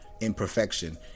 imperfection